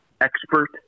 expert